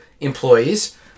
employees